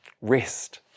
Rest